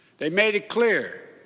they made it clear.